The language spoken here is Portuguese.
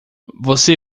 você